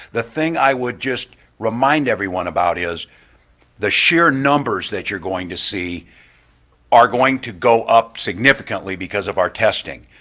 the thing i would just remind everyone about is the sheer numbers that you're going to see are going to go up significantly because of our testing.